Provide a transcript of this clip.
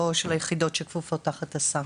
לא של היחידות שכפופות תחת השר.